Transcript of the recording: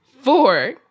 Four